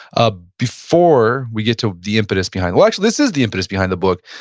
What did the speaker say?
ah before we get to the impetus behind, well, actually, this is the impetus behind the book.